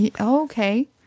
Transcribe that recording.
okay